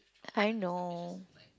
I know